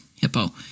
hippo